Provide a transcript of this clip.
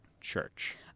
church